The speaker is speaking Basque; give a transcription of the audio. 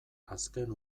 azken